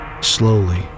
slowly